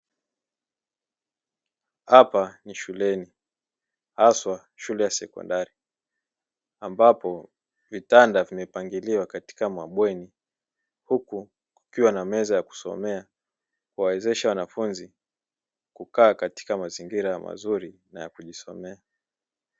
Hapa ni shuleni haswa shule ya sekondari, ambapo vitanda vimepangiliwa katika mabweni huku kukiwa na meza ya kusomea kuwawezesha wanafunzi kukaa katika mazingira mazuri ya kujisomea.